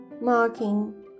marking